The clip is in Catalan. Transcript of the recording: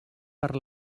per